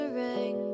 ring